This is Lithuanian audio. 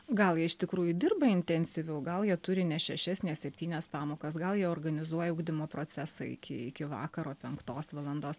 gal jie iš tikrųjų dirba intensyviau gal jie turi ne šešias ne septynias pamokas gal jie organizuoja ugdymo procesą iki iki vakaro penktos valandos